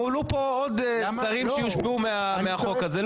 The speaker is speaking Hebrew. הועלו פה עוד שרים שיושפעו מהחוק הזה,